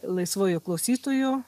laisvuoju klausytoju